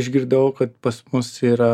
išgirdau kad pas mus yra